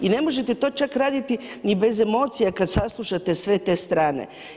I ne možete to čak raditi ni bez emocija kada saslušate sve te strane.